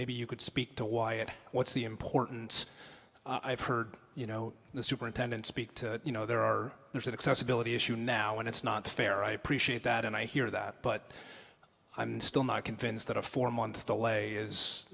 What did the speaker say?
maybe you could speak to why it what's the importance i have heard you know the superintendent speak to you know there are there's an accessibility issue now and it's not fair i appreciate that and i hear that but i'm still not convinced that a four month delay is